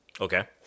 Okay